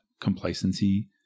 complacency